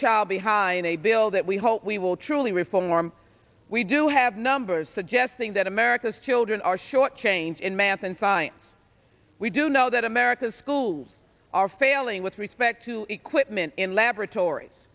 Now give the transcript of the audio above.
child behind a bill that we hope we will truly reform we do have numbers suggesting that america's children are short changed in math and science we do know that america's schools are failing with respect to equipment in laboratories